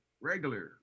regular